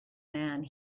man